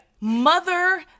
mother